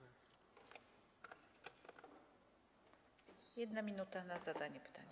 1 minuta na zadanie pytania.